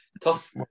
tough